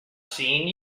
seeing